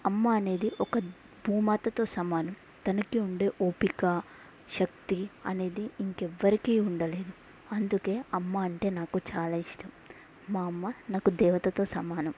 అమ్మ అనేది ఒక భూమాతతో సమానం తనకి ఉండే ఓపిక శక్తి అనేది ఇంకెవ్వరికీ ఉండలేదు అందుకే అమ్మ అంటే నాకు చాలా ఇష్టం మా అమ్మ నాకు దేవతతో సమానం